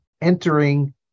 entering